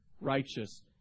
righteous